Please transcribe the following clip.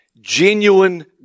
Genuine